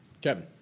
Kevin